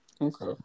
Okay